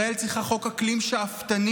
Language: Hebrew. ישראל צריכה חוק אקלים שאפתני,